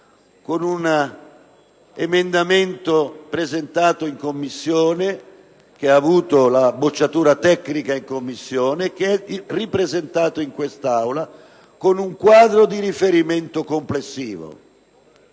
un emendamento presentato in Commissione, che ha ricevuto la bocciatura tecnica in quella sede e che è stato ripresentato in quest'Aula, con un quadro di riferimento complessivo: